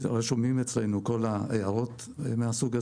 ורשומות אצלנו כל ההערות מהסוג הזה.